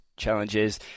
challenges